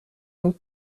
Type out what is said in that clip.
ont